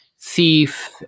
Thief